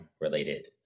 related